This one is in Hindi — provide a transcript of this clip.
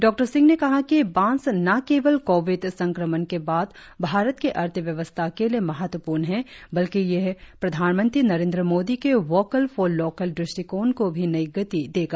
डॉ सिंह ने कहा कि बांस न केवल कोविड संक्रमण के बाद भारत की अर्थव्यवस्था के लिए महत्वपूर्ण है बल्कि यह प्रधानमंत्री नरेन्द्र मोदी के वोकल फॉर लोकल दृष्टिकोण को भी नई गति देगा